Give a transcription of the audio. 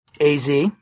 AZ